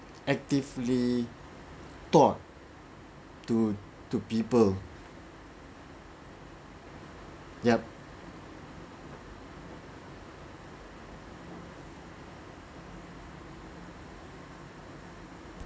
actively taught to to people yup